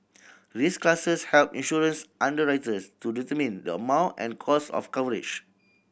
risk classes help insurance underwriters to determine the amount and cost of coverage